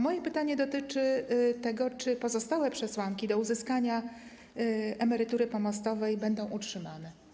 Moje pytanie dotyczy tego, czy pozostałe przesłanki uzyskania emerytury pomostowej będą utrzymane.